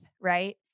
right